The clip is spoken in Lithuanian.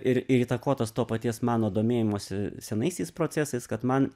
ir įtakotas to paties mano domėjimosi senaisiais procesais kad man